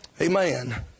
Amen